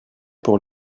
pour